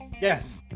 Yes